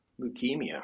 leukemia